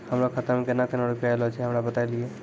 हमरो खाता मे केना केना रुपैया ऐलो छै? हमरा बताय लियै?